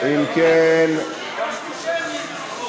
--- אם כן -- ביקשנו שמית.